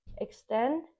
Extend